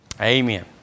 Amen